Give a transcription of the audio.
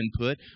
input